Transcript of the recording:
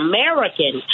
American